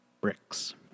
bricks